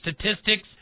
Statistics